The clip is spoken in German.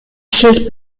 schild